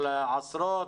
על עשרות,